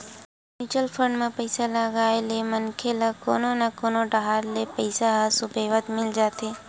mutual fund म पइसा लगाए ले मनखे ल कोनो न कोनो डाहर ले पइसा ह सुबेवत मिल जाथे